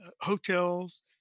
hotels